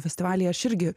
festivalyje aš irgi